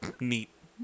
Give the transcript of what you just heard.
Neat